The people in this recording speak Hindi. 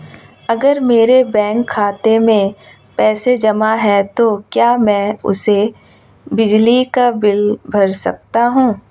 अगर मेरे बैंक खाते में पैसे जमा है तो क्या मैं उसे बिजली का बिल भर सकता हूं?